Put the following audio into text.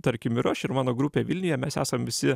tarkim ir aš ir mano grupė vilniuje mes esam visi